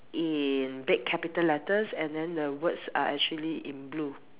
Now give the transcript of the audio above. in big capital letters and then the words are actually in blue